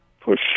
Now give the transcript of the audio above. push